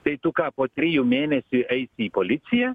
tai tu ką po trijų mėnesių eisi į policiją